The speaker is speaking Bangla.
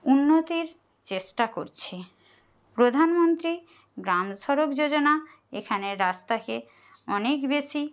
উন্নতির চেষ্টা করছে প্রধানমন্ত্রী গ্রাম সড়ক যোজনা এখানে রাস্তাকে অনেক বেশি